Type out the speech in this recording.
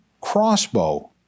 crossbow